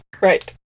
Right